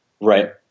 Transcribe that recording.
Right